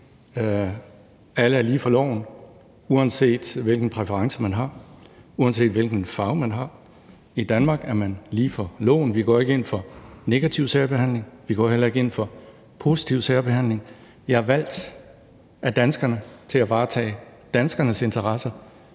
alle er lige for loven, uanset hvilken præference man har det, uanset hvilken farve man har. I Danmark er man lige for loven. Vi går ikke ind for negativ særbehandling, og vi går heller ikke ind for positiv særbehandling. Jeg er valgt af danskerne til at varetage danskernes interesser,